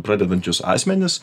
pradedančius asmenis